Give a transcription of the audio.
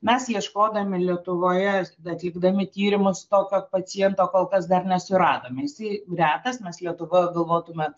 mes ieškodami lietuvoje atlikdami tyrimus tokio paciento kol kas dar nesuradome jisai retas mes lietuva galvotume